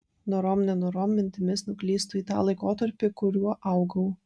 norom nenorom mintimis nuklystu į tą laikotarpį kuriuo augau